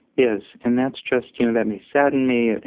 is and that's just you know that may sadden me.